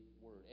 word